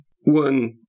One